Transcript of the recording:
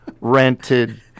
rented